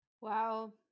Wow